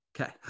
Okay